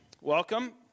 Welcome